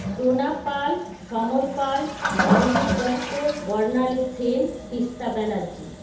Dona Pal Samar Pal Arijit Dutta Barnali Sen Tista Banerjee